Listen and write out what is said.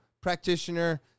practitioner